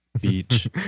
beach